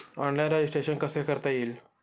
Online registration कसे करता येईल?